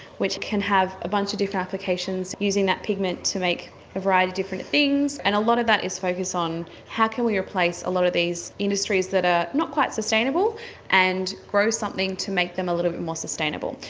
which can have a bunch of different applications using that pigment to make a variety of different things. and a lot of that is focused on how can we replace a lot of these industries that are not quite sustainable and grow something to make them a little bit more sustainable.